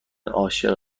عاشق